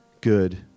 good